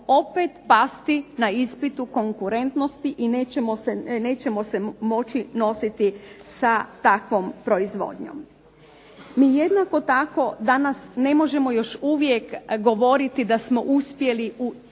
opet pasti na ispitu konkurentnosti i nećemo se moći nositi sa takvom proizvodnjom. Mi jednako tako danas ne možemo još uvijek govoriti da smo uspjeli u